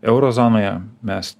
euro zonoje mes